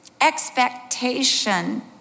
expectation